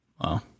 Wow